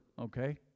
okay